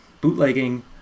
Bootlegging